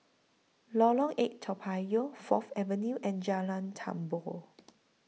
Lorong eight Toa Payoh Fourth Avenue and Jalan Tambur